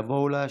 תבואו להשפיע.